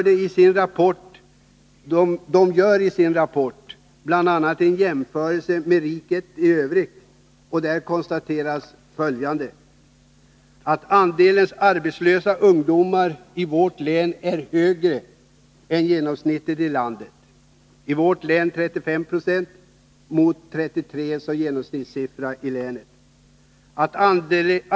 Den gör i sin rapport bl.a. en jämförelse med riket i övrigt, och där konstateras följande: Andelen arbetslösa ungdomar är i vårt län högre än i landet i genomsnitt — 35 Jo i vårt län mot 33 2 i riket som helhet.